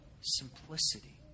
simplicity